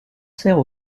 sert